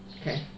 Okay